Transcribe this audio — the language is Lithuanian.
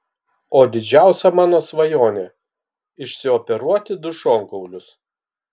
o didžiausia mano svajonė išsioperuoti du šonkaulius